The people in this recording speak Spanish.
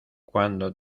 cuando